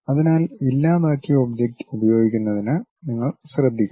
അതിനാൽ ഇല്ലാതാക്കിയ ഒബ്ജക്റ്റ് ഉപയോഗിക്കുന്നതിന് നിങ്ങൾ ശ്രദ്ധിക്കണം